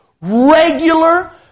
regular